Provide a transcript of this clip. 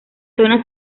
zonas